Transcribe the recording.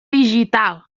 digital